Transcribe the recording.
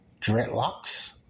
dreadlocks